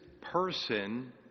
person